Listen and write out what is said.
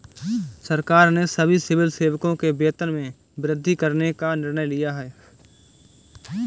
सरकार ने सभी सिविल सेवकों के वेतन में वृद्धि करने का निर्णय लिया है